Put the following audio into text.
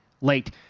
late